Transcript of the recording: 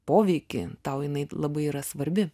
poveikį tau jinai labai yra svarbi